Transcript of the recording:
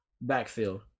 backfield